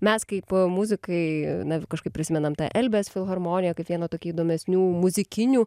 mes kaip muzikai na kažkaip prisimenam tą elbės filharmonija kaip vieną tokių įdomesnių muzikinių